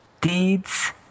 deeds